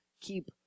keep